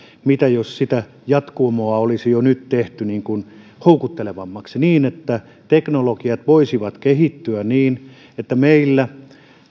mitä jos sitä jatkumoa olisi jo nyt tehty houkuttelevammaksi niin että teknologiat voisivat kehittyä niin että meillä